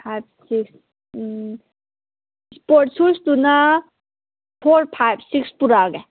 five six sport ꯁꯨꯁꯇꯨꯅ for five six ꯄꯨꯔꯛꯑꯒꯦ